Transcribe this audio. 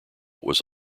was